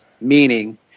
meaning